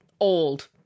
Old